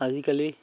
আজিকালি